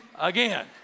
again